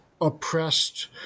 oppressed